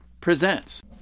Presents